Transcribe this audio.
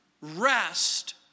rest